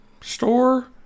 store